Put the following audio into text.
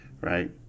Right